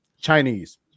Chinese